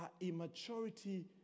immaturity